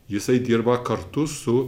jisai dirba kartu su